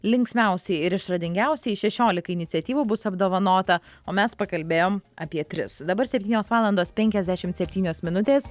linksmiausiai ir išradingiausieji šešiolikai iniciatyvų bus apdovanota o mes pakalbėjom apie tris dabar septynios valandos penkiasdešimt septynios minutės